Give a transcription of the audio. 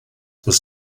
was